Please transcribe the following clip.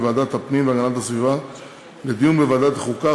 מוועדת הפנים והגנת הסביבה לדיון בוועדת החוקה,